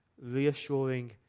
reassuring